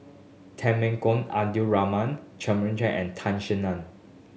Temenggong Abdul Rahman Jumabhoy and Tan Sin Aun